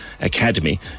Academy